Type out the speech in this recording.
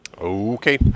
okay